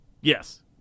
Yes